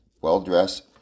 well-dressed